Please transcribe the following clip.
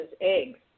eggs